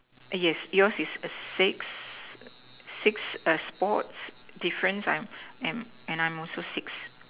yes your's is a six six sport different I am I'm and I'm also six